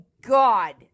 God